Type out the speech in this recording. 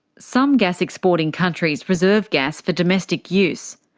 some gas exporting countries reserve gas for domestic use.